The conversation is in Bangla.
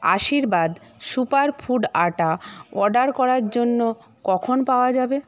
আশীর্বাদ সুপার ফুড আটা অর্ডার করার জন্য কখন পাওয়া যাবে